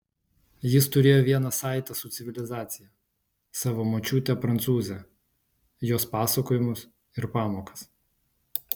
jis turėjo vieną saitą su civilizacija savo močiutę prancūzę jos pasakojimus ir pamokas